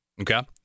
Okay